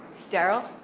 darrel?